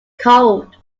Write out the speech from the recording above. cold